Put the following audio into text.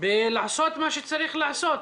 בלעשות מה שצריך לעשות.